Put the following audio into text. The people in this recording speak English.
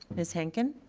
ms. henkin.